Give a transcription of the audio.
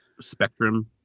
Spectrum